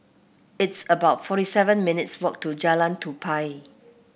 it's about forty seven minutes' walk to Jalan Tupai